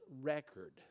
record